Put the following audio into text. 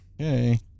okay